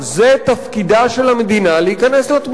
זה תפקידה של המדינה להיכנס לתמונה.